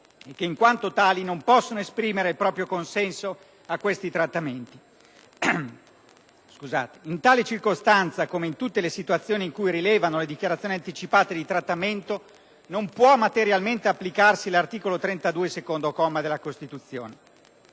e che, in quanto tali, non possano esprimere il proprio consenso a tali trattamenti. In tale circostanza, come in tutte le situazioni in cui rilevano le dichiarazioni anticipate di trattamento, non può materialmente applicarsi l'articolo 32, secondo comma, della Costituzione.